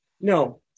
no